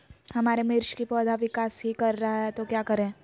हमारे मिर्च कि पौधा विकास ही कर रहा है तो क्या करे?